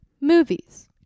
movies